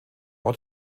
ort